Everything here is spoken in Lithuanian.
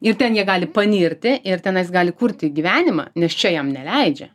ir ten jie gali panirti ir tenais gali kurti gyvenimą nes čia jam neleidžia